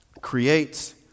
Creates